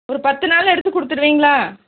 ஒரு பத்து நாளு எடுத்து கொடுத்துடுவீங்களா